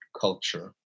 culture